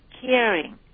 caring